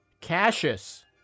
Cassius